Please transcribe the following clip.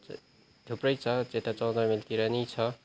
थुप्रै छ त्यता चौध माइलतिर पनि छ